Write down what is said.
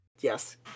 Yes